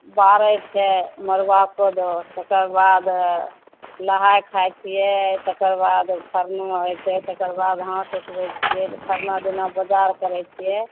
बारै छै मरुआ कोदो तेकर बाद नहाए खाए छियै तकर बाद पाबनि होइ छै तेकर बाद हाथ उठबै छियै खरना दिना बजार करै छियै